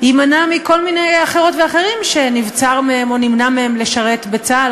יימנע מכל מיני אחרות ואחרים שנבצר מהם או נמנע מהם לשרת בצה"ל,